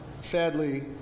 sadly